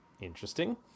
Interesting